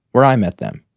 where i met them.